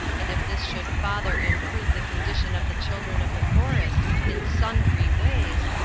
and if this should father improve the condition of the children of the forest, in sondry ways,